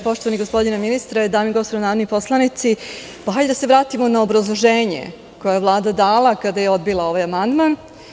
Poštovani gospodine ministre, dame i gospodo narodni poslanici, hajde da se vratimo na obrazloženje koje je Vlada dala kada je odbila ovaj amandman.